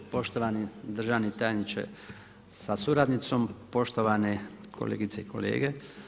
Poštovani državni tajniče sa suradnicom, poštovane kolegice i kolege.